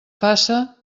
faça